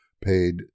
paid